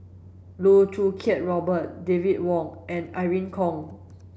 Loh Choo Kiat Robert David Wong and Irene Khong